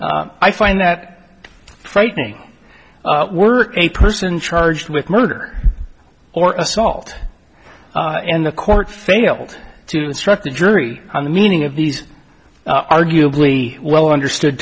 s i find that frightening were a person charged with murder or assault and the court failed to instruct the jury on the meaning of these arguably well understood